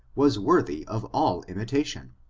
was worthy of all imitation.